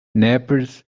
nappies